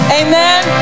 amen